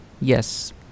yes